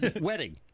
wedding